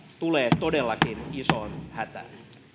tulee todellakin isoon hätään